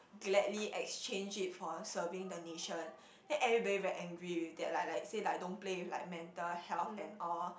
gladly exchange it for serving the nation then everybody very angry with that like like say like don't play with like mental health and all